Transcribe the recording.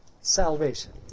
salvation